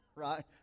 right